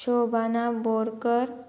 Shobhana Borkar